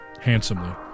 handsomely